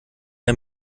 der